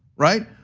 right?